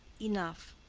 enough.